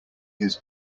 his